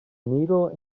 needle